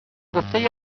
بگفته